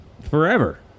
forever